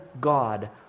God